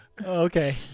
Okay